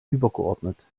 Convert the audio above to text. übergeordnet